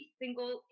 single